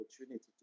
opportunity